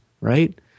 Right